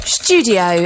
studio